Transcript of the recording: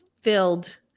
filled